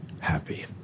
happy